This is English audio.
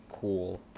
cool